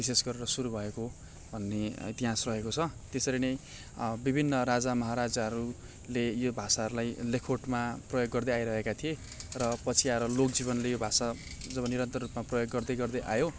विशेष गरेर सुरु भएको भन्ने इतिहास रहेको छ त्यसरी नै विभिन्न राजा महाराजाहरूले यो भाषाहरूलाई लेखावटमा प्रयोग गर्दै आइरहेका थिए र पछि आएर लोकजीवनले यो भाषा जब निरन्तर रूपमा प्रयोग गर्दै गर्दै आयो